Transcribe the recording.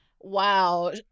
Wow